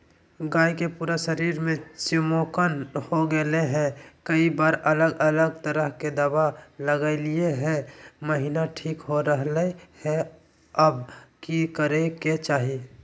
गाय के पूरा शरीर में चिमोकन हो गेलै है, कई बार अलग अलग तरह के दवा ल्गैलिए है महिना ठीक हो रहले है, अब की करे के चाही?